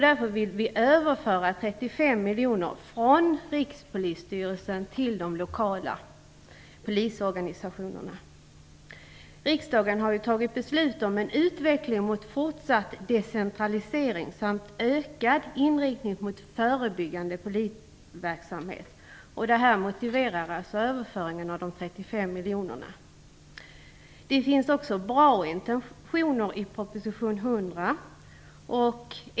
Därför vill vi överföra 35 miljoner från Riksdagen har ju fattat beslut om en fortsatt utveckling mot decentralisering samt ökad inriktning mot förebyggande polisverksamhet. Detta motiverar alltså överföringen av de 35 miljonerna. Det finns också bra intentioner i proposition 100.